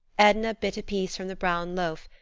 edna bit a piece from the brown loaf,